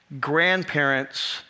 grandparents